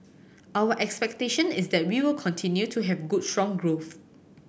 our expectation is that we w'll continue to have good strong growth